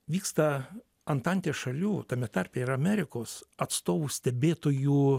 vyksta antantės šalių tame tarpe ir amerikos atstovų stebėtojų